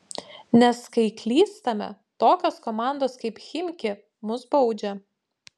nes kai klystame tokios komandos kaip chimki mus baudžia